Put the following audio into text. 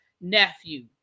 nephew